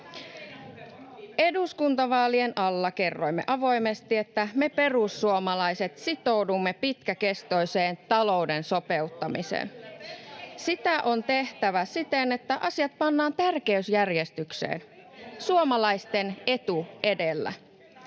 Eduskuntavaalien alla kerroimme avoimesti, että me perussuomalaiset sitoudumme pitkäkestoiseen talouden sopeuttamiseen. Sitä on tehtävä siten, että asiat pannaan tärkeysjärjestykseen [Anne